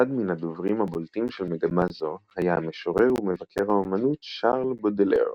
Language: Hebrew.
אחד מן הדוברים הבולטים של מגמה זו היה המשורר ומבקר האמנות שארל בודלר,